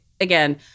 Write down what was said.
again